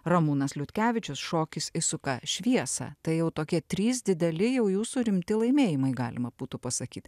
ramūnas liutkevičius šokis išsuka šviesą tai jau tokie trys dideli jau jūsų rimti laimėjimai galima būtų pasakyt